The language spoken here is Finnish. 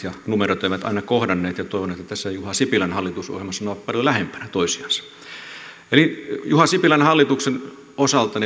ja numerot eivät aina kohdanneet toivon että tässä juha sipilän hallitusohjelmassa ne ovat paljon lähempänä toisiansa juha sipilän hallituksen osalta